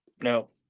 No